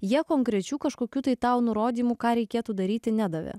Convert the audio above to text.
jie konkrečių kažkokių tai tau nurodymų ką reikėtų daryti nedavė